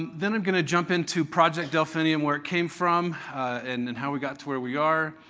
then i'm going to jump into project delphinium, where it came from and then how we got to where we are.